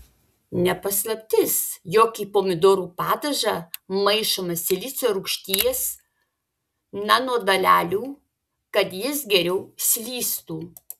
ne paslaptis jog į pomidorų padažą maišoma silicio rūgšties nanodalelių kad jis geriau slystų